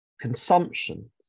consumption